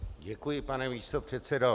Děkuji, pane místopředsedo.